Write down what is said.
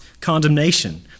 condemnation